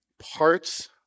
Parts